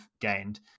gained